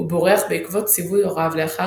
הוא בורח בעקבות ציווי הוריו לאחר